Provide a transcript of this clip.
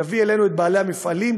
תביא אלינו את בעלי המפעלים.